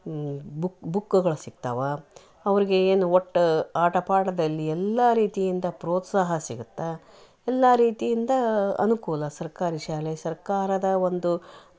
ಹ್ಞ್ book ಬುಕ್ಗಳು ಸಿಗ್ತವ ಅವರಿಗೆ ಏನು ಒಟ್ಟು ಆಟ ಪಾಠದಲ್ಲಿ ಎಲ್ಲಾ ರೀತಿಯಿಂದ ಪ್ರೋತ್ಸಾಹ ಸಿಗುತ್ತ ಎಲ್ಲಾ ರೀತಿಯಿಂದ ಅನುಕೂಲ ಸರ್ಕಾರಿ ಶಾಲೆ ಸರ್ಕಾರದ ಒಂದು